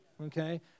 okay